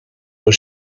was